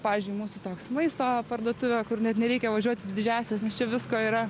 pavyzdžiui mūsų toks maisto parduotuvė kur net nereikia važiuot į didžiąsias nes čia visko yra